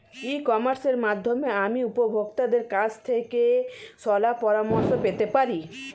ই কমার্সের মাধ্যমে আমি উপভোগতাদের কাছ থেকে শলাপরামর্শ পেতে পারি?